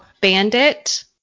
Bandit